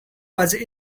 was